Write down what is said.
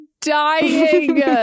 dying